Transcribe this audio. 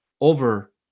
over